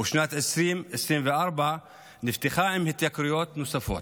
ושנת 2024 נפתחה עם התייקרויות נוספות".